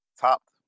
topped